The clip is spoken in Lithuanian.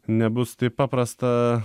nebus taip paprasta